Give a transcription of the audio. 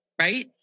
right